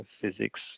physics